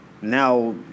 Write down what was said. now